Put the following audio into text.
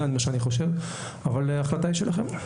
זה מה שאני חושב אבל ההחלטה היא שלכם.